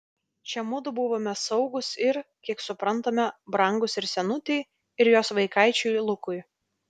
čia mudu buvome saugūs ir kiek suprantame brangūs ir senutei ir jos vaikaičiui lukui